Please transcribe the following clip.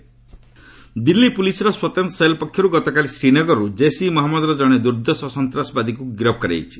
Jaish arrest Delhi ପୁଲିସର ସ୍ୱତନ୍ତ cell ପକ୍ଷରୁ ଗତକାଲି ଶ୍ରୀନଗରରୁ ଜେସ୍ ଇ ମହମ୍ମଦର ଜଣେ ଦୂର୍ଦ୍ଦଶ ସନ୍ତାସବାଦୀକୁ ଗିରଫ କରାଯାଇଛି